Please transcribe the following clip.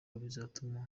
bizatuma